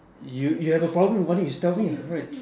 you you have a problem why don't you just tell me right